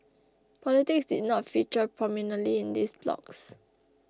politics did not feature prominently in these blogs